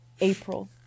April